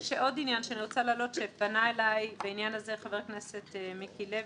יש עוד עניין - פנה אליי בעניין הזה חבר הכנסת מיקי לוי,